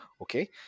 okay